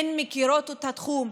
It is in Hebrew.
הן מכירות את התחום,